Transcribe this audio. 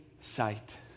sight